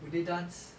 would they dance